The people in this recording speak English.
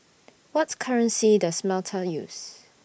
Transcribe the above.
What currency Does Malta use